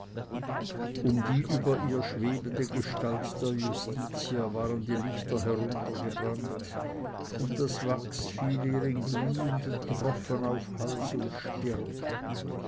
um die über ihr schwebende gestalt der justitia waren die lichter heruntergebrannt und das wachs fiel ihr in glühenden tropfen auf hals und stirn